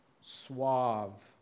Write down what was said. suave